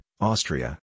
Austria